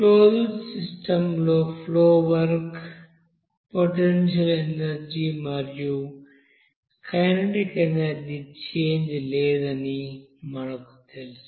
closed system లో flow work potential energy మరియు kinetic energy change లేదని మనకు తెలుసు